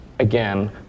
again